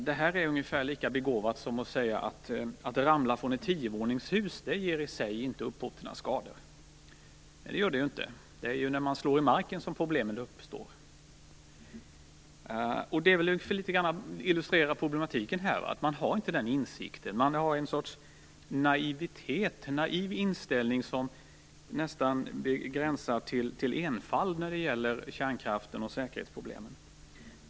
Det är ungefär lika begåvat som att säga att det i sig inte ger upphov till några skador att ramla från ett tiovåningshus. Det gör det ju inte. Det är när man slår i marken som problemen uppstår. Detta kan illustrera problematiken här: Moderaterna har inte den insikten. Man har ett slags naiv inställning som nästan gränsar till enfald när det gäller kärnkraften och säkerhetsproblemen.